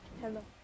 Hello